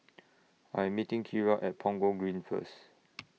I'm meeting Kira At Punggol Green First